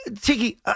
Tiki